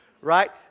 right